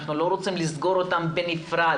אנחנו לא רוצים לסגור אותם בנפרד,